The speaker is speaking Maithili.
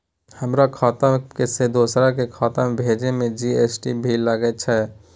हमर खाता से दोसर के खाता में भेजै में जी.एस.टी भी लगैछे?